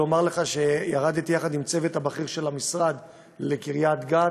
לומר לך שירדתי יחד עם הצוות הבכיר של המשרד לקריית גת,